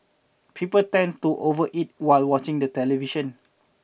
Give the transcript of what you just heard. people tend to overeat while watching the television